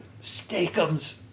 Steakums